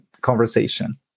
conversation